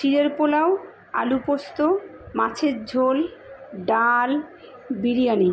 চিঁড়ের পোলাও আলু পোস্ত মাছের ঝোল ডাল বিরিয়ানি